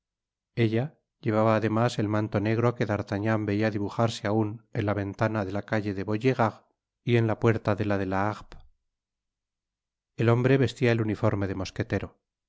elta llevaba además el manto negro que d'artagnan veia dibujarse aun en la ventana de la calle de vaugirard y en la puerta de la de la harpe et hombre vestiael uniforme de mosquetero